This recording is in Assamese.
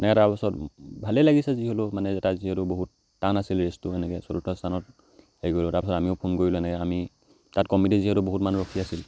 এনেকৈ তাৰপাছত ভালেই লাগিছে যিহেতু মানে তাত যিহেতু বহুত টান আছিল ৰেচটো এনেকৈ চতুৰ্থ স্থানত হেৰি কৰিলোঁ তাৰপাছত আমিও ফোন কৰিলোঁ এনেকৈ আমি তাত কমিটি যিহেতু বহুত মানুহ ৰখি আছিল